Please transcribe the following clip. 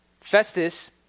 Festus